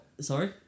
Sorry